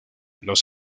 los